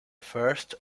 first